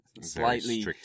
slightly